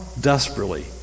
desperately